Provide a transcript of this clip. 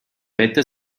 wetter